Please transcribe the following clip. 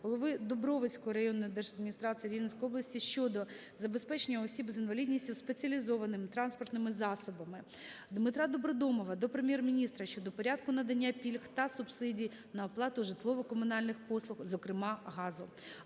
голови Дубровицької районної держадміністрації Рівненської області щодо забезпечення осіб з інвалідністю спеціалізованими транспортними засобами. Дмитра Добродомова до Прем'єр-міністра щодо порядку надання пільг та субсидій на оплату житлово-комунальних послуг, зокрема газу.